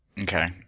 Okay